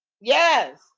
Yes